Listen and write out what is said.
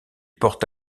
porte